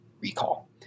Recall